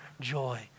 joy